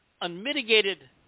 unmitigated